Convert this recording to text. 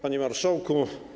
Panie Marszałku!